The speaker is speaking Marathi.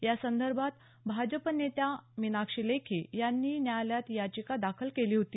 या संदर्भात भाजप नेत्या मीनाक्षी लेखी यांनी न्यायालयात याचिका दाखल केली होती